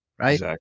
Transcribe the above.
Right